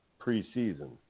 preseason